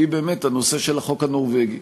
היא באמת הנושא של החוק הנורבגי.